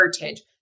heritage